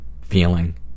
feeling